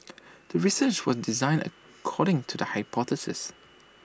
the research was designed according to the hypothesis